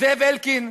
זאב אלקין,